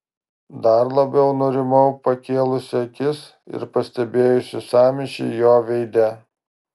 dar labiau nurimau pakėlusi akis ir pastebėjusi sąmyšį jo veide